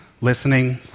listening